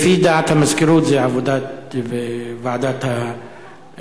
לפי דעת המזכירות, זו עבודת ועדת הכלכלה.